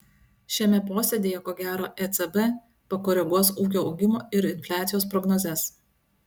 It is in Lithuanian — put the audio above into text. šiame posėdyje ko gero ecb pakoreguos ūkio augimo ir infliacijos prognozes